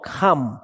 come